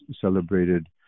celebrated